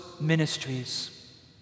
ministries